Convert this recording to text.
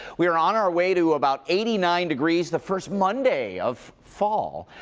we're on our way to about eighty nine degrees, the first monday of fall.